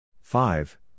Five